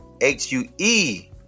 h-u-e